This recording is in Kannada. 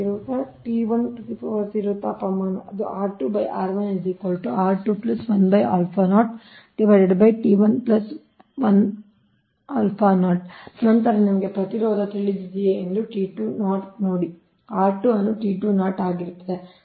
ಪ್ರತಿರೋಧ ತಾಪಮಾನ ಅದು ನಂತರ ನಿಮಗೆ ಪ್ರತಿರೋಧ ತಿಳಿದಿದೆಯೇ ಎಂದು ನೋಡಿ ಅನ್ನು ಆಗಿರುತ್ತದೆ